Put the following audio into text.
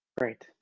Great